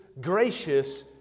gracious